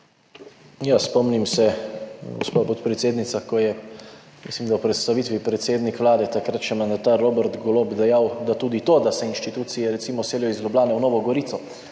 Spomnim se, gospa podpredsednica, ko je, mislim, da v predstavitvi, predsednik Vlade, takrat še mandatar, Robert Golob dejal, da tudi to, da se institucije recimo selijo iz Ljubljane v Novo Gorico,